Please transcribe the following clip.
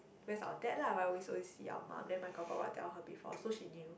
where's our dad lah why always always see my mum then my kor kor got tell her before so she knew